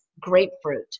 grapefruit